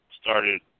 started